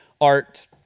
art